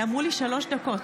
אמרו לי שלוש דקות.